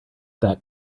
that